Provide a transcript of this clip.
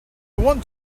want